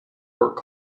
work